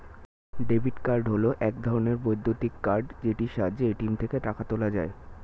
debit card হল এক ধরণের বৈদ্যুতিক কার্ড যেটির সাহায্যে এ.টি.এম থেকে টাকা তোলা যায়